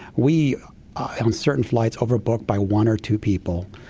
we, on certain flights, overbook by one or two people.